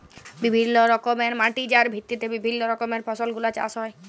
বিভিল্য রকমের মাটি যার ভিত্তিতে বিভিল্য রকমের ফসল গুলা চাষ হ্যয়ে